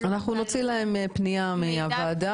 אנחנו נוציא להם פנייה מהוועדה,